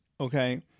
okay